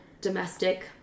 domestic